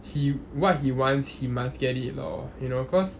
he what he wants he must get it lor you know cause